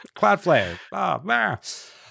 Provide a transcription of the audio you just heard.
Cloudflare